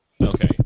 Okay